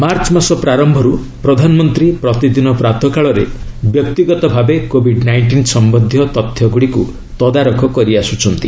March ମାସ ପ୍ରାର୍ୟରୁ ପ୍ରଧାନମନ୍ତ୍ରୀ ପ୍ରତିଦିନ ପ୍ରାତଃ କାଳରେ ବ୍ୟକ୍ତିଗତ ଭାବେ କୋବିଡ୍ ନାଇଷ୍ଟିନ୍ ସମନ୍ଧୀୟ ତଥ୍ୟଗୁଡ଼ିକୁ ତଦାରଖ କରିଆସୁଛନ୍ତି